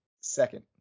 second